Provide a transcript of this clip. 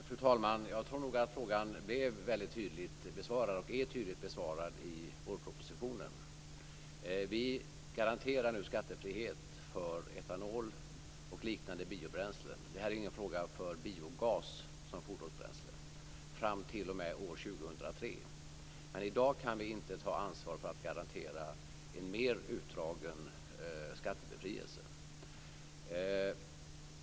Fru talman! Frågan är väldigt tydligt besvarad i vårpropositionen. Vi garanterar nu skattefrihet för etanol och liknande biobränslen - det här är inte en fråga om biogas som fordonsbränsle - fram t.o.m. år 2003. I dag kan vi dock inte ta ansvar för att garantera en längre utdragen skattebefrielse.